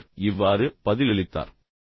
மாணவர் இவ்வாறு பதிலளித்தார்